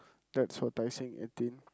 that's for Tai Seng eighteen